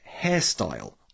hairstyle